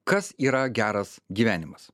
kas yra geras gyvenimas